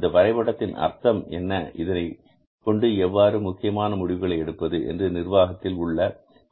இந்த வரைபடத்தின் அர்த்தம் என்ன இதனைக் கொண்டு எவ்வாறு முக்கியமான முடிவுகளை எடுப்பது என்று நிர்வாகத்தில் உள்ள